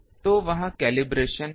तो वह कैलिब्रेशन है